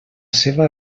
seva